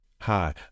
Hi